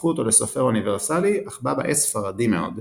הפכו אותו לסופר אוניברסלי, אך בה בעת ספרדי מאוד.